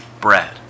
bread